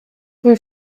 rue